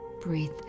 Breathe